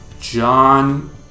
John